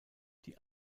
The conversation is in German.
die